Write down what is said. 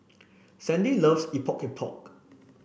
Sandy loves Epok Epok